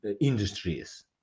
industries